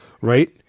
right